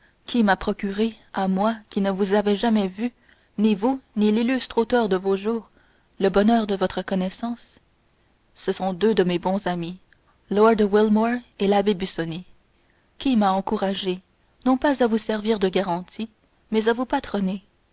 qui m'a procuré à moi qui ne vous avais jamais vu ni vous ni l'illustre auteur de vos jours le bonheur de votre connaissance ce sont deux de mes bons amis lord wilmore et l'abbé busoni qui m'a encouragé non pas à vous servir de garantie mais à vous patronner